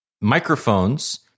microphones